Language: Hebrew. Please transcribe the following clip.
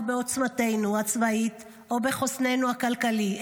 בעוצמתנו הצבאית או בחוסננו הכלכלי,